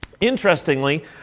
Interestingly